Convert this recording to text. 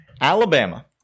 Alabama